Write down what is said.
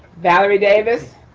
valerie davis,